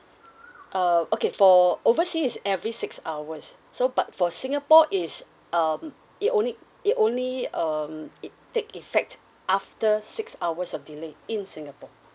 uh okay for oversea is every six hours so but for singapore is um it only it only um it take effect after six hours of delay in singapore